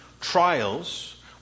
trials